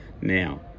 Now